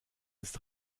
ist